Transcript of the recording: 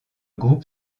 groupe